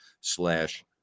slash